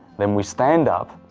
then we stand up